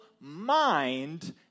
mind